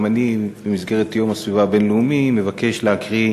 גם אני במסגרת יום הסביבה הבין-לאומי מבקש להקריא